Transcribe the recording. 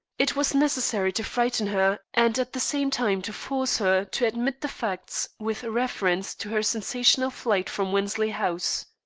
it was necessary to frighten her and at the same time to force her to admit the facts with reference to her sensational flight from wensley house.